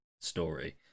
Story